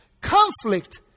conflict